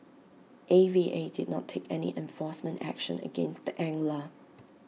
A V A did not take any enforcement action against the angler